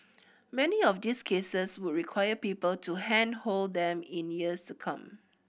many of these cases would require people to handhold them in years to come